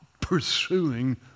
pursuing